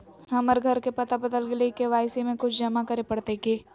हमर घर के पता बदल गेलई हई, के.वाई.सी में कुछ जमा करे पड़तई की?